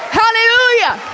hallelujah